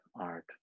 art